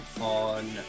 on